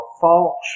false